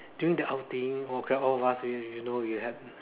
during the outing okay all of us you you you know we had